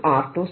r2 2